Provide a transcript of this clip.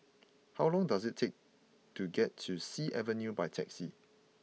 how long does it take to get to Sea Avenue by taxi